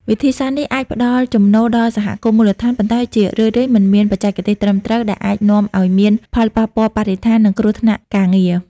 វិធីសាស្ត្រនេះអាចផ្ដល់ចំណូលដល់សហគមន៍មូលដ្ឋាន ប៉ុន្តែជារឿយៗមិនមានបច្ចេកទេសត្រឹមត្រូវ ដែលអាចនាំឲ្យមានផលប៉ះពាល់បរិស្ថាន និងគ្រោះថ្នាក់ការងារ។